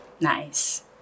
Nice